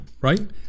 right